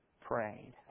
prayed